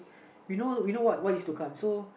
we know we know what is to come so